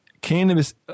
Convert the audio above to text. cannabis